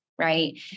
right